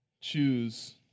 choose